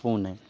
پونے